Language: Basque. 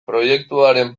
proiektuaren